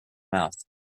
mouth